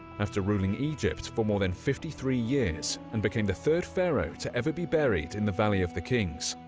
after ruling egypt for more than fifty three years and became the third pharaoh to ever be buried in the valley of the kings,